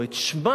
או את שמה.